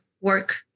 work